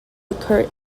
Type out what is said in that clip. occur